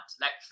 lecture